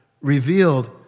revealed